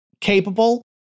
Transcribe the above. Capable